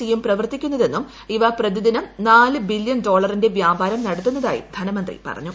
E യും പ്രവർത്തിക്കുന്നതെന്നും ഇവ പ്രതിദിനം നാല് ബില്ല്യൺ ഡോളറിന്റെ വ്യാപാരം നടത്തുന്നതായും ധനമന്ത്രി പറഞ്ഞു